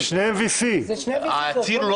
שניהם VC. העציר,